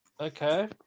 Okay